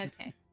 Okay